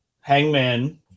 Hangman